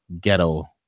ghetto